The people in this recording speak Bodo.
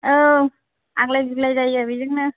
औ आग्लाय बिग्लाय जायो बेजोंनो